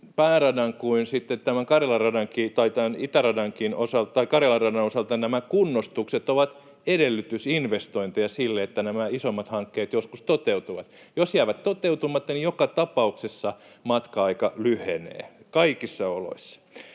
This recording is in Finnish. itäradankin, osalta nämä kunnostukset ovat edellytysinvestointeja sille, että nämä isommat hankkeet joskus toteutuvat. Jos ne jäävät toteutumatta, niin joka tapauksessa matka-aika lyhenee kaikissa oloissa.